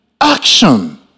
action